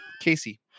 Casey